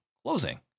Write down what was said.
closing